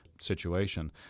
situation